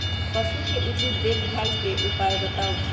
पशु के उचित देखभाल के उपाय बताऊ?